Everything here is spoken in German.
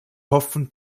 hoffen